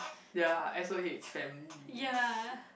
ya S_O_H some linguist shit